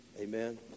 amen